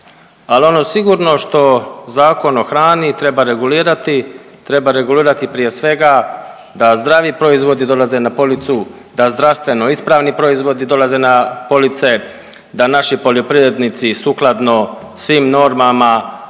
Ali ono sigurno što Zakon o hrani treba regulirati, treba regulirati prije svega da zdravi proizvodi dolaze na policu, da zdravstveno ispravni proizvodi dolaze na police, da naši poljoprivrednici sukladno svim normama